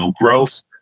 growth